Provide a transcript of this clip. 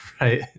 right